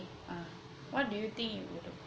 ah what do you think you would do